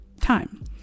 time